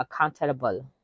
accountable